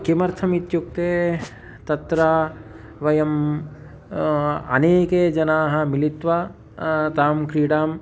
किमर्थम् इत्युक्ते तत्र वयम् अनेके जनाः मिलित्वा ताम् क्रीडाम्